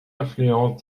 influence